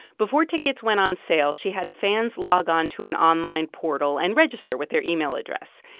before tickets went on sale, she had fans log on to an online portal and register with their email address.